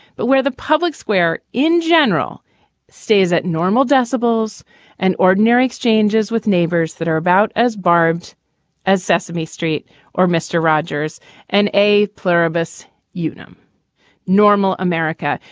but where the public square in general stays at normal decibels and ordinary exchanges with neighbors that are about as barbed as sesame street or mr. rogers and a pluribus unum normal america.